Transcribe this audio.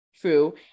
true